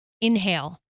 Inhale